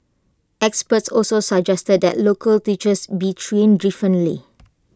experts also suggested that local teachers be trained differently